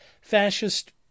fascist